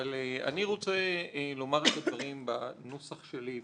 אני רוצה לומר את הדברים בנוסח שלי,